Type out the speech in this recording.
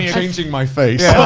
changing my face.